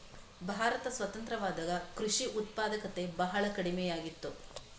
ಭಾರತ ಸ್ವತಂತ್ರವಾದಾಗ ಕೃಷಿ ಉತ್ಪಾದಕತೆ ಬಹಳ ಕಡಿಮೆಯಾಗಿತ್ತು